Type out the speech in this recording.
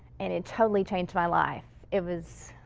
and it totally changed my life. it was.